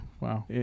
Wow